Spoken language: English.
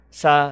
sa